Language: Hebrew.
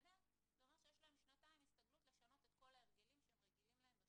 זאת אומרת שיש להם שנתיים הסתגלות לשנות את כל מה שהם היו רגילים אליו.